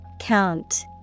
Count